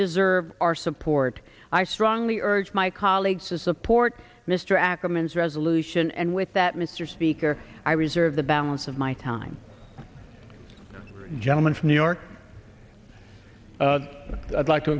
deserve our support i strongly urge my colleagues to support mr ackerman's resolution and with that mr speaker i reserve the balance of my time gentleman from new york i'd like to